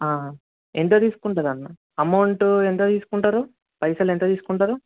ఎంత తీసుకుంటారు అన్న ఎమౌంట్ ఎంత తీసుకుంటారు పైసలు ఎంత తీసుకుంటారు